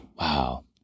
Wow